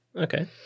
Okay